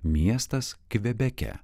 miestas kvebeke